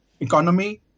Economy